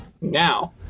Now